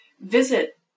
visit